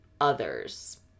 others